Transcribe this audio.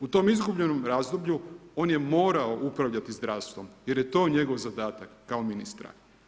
U tom izgubljenom razdoblju, on je morao upravljati zdravstvom jer je to njegov zadatak kao ministra.